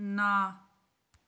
ਨਾ